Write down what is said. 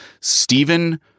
Stephen